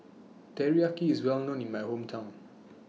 Teriyaki IS Well known in My Hometown